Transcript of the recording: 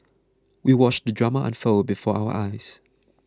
we watched the drama unfold before our eyes